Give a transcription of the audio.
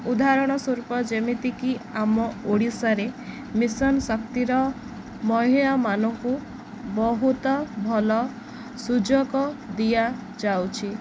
ଉଦାହରଣ ସ୍ୱରୂପ ଯେମିତିକି ଆମ ଓଡ଼ିଶାରେ ମିଶନ୍ ଶକ୍ତିର ମହିଳାମାନଙ୍କୁ ବହୁତ ଭଲ ସୁଯୋଗ ଦିଆଯାଉଛି